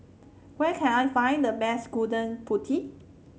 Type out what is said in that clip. where can I find the best Gudeg Putih